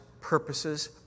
purposes